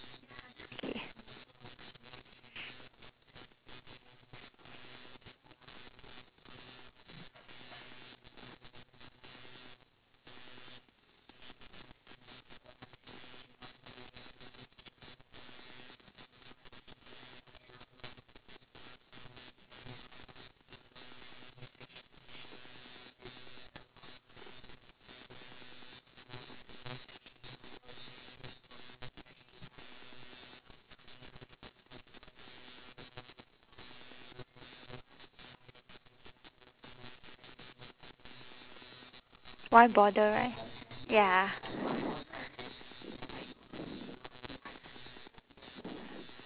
why bother right ya